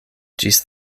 ĝis